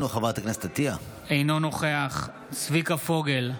אינו נוכח צביקה פוגל,